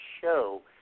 show